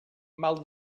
mal